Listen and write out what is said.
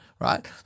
right